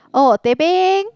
oh teh peng